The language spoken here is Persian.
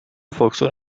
فاکتور